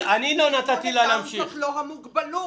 תסמונת דאון זה לא המוגבלות.